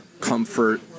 comfort